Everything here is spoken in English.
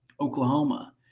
Oklahoma